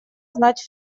знать